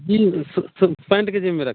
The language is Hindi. जी पेंट की जेब में रखे थे